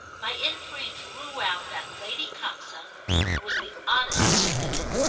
my enquiry drew out that lady coxon, who was the oddest of women,